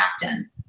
captain